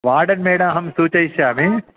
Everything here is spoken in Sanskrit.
वार्डन् मेडम् सूचयिष्यामि